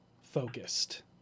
focused